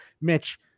Mitch